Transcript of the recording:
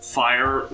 fire